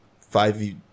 five